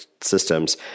systems